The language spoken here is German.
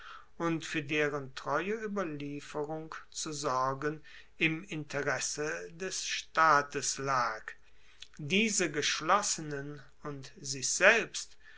und fuer deren treue ueberlieferung zu sorgen im interesse des staates lag diese geschlossenen und sich selbst